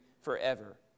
forever